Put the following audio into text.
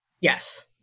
Yes